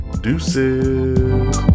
Deuces